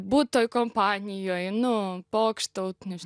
būt toj kompanijoj nu pokštaut